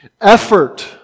Effort